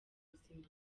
buzima